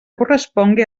correspongui